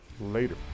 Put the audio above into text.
later